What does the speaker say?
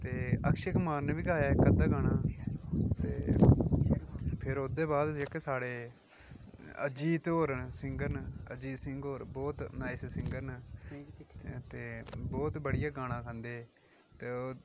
ते अक्षय कुमार नै बी गाया इक अध्दा गाना फ्ही ओह्दे बाद जेह्के साढ़े अजीत होर न सिंगर न अजीत सिंह होर बहुत अच्छा गांदे ते ओह्